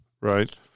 right